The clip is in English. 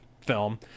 film